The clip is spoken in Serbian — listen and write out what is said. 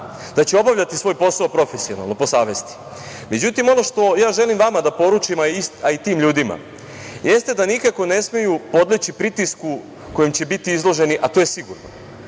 da će obavljati svoj posao profesionalno po savesti.Međutim, ono što ja želim vama da poručim, a i tim ljudima, jeste da nikako ne smeju podleći pritisku kojem će biti izloženi, a to je sigurno.